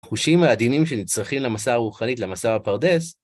חושים העדינים שנצרכים למסע הרוחנית, למסע הפרדס.